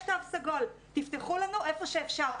תפתחו לנו איפה שאפשר.